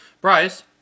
Bryce